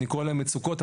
אני קורא להם מצוקות,